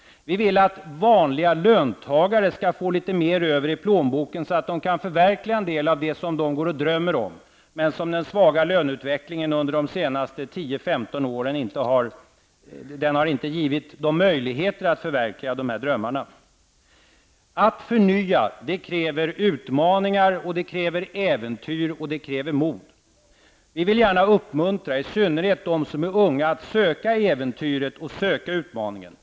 Vi vill att vanliga löntagare skall få litet mer över i plånboken, så att de kan förverkliga en del av det som de går och drömmer om, men som den svaga löneutvecklingen under de senaste 10--15 åren inte har givit dem möjlighet att göra. Att förnya kräver utmaningar, det kräver äventyr och det kräver mod. Vi vill gärna uppmuntra i synnerhet dem som är unga att söka äventyret och utmaningen.